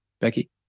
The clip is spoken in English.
Becky